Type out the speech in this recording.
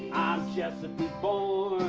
chesapeake born